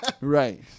Right